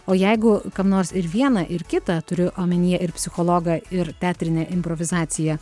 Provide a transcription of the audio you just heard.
o jeigu kam nors ir vieną ir kitą turiu omenyje ir psichologą ir teatrinę improvizaciją